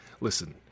Listen